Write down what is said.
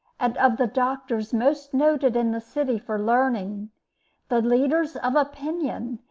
and of the doctors most noted in the city for learning the leaders of opinion,